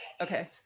Okay